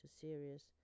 serious